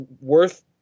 worth